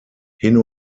hin